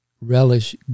relish